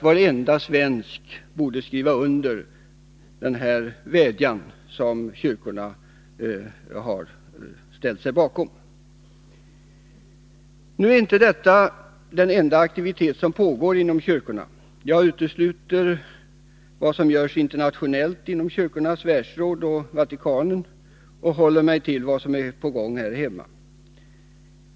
Varenda svensk borde skriva under denna vädjan som kyrkorna har ställt sig bakom. Nu är inte detta den enda aktivitet som pågår inom kyrkorna. Jag utesluter vad som görs internationellt inom Kyrkornas världsråd och Vatikanen och håller mig till vad som är på gång här hemma.